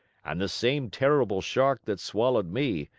and the same terrible shark that swallowed me,